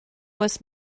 was